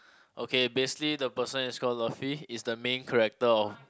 okay basically the person is called Luffy is the main character of